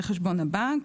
מחשבון הבנק,